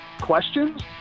questions